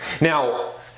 Now